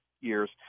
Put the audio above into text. years